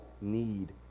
need